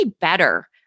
better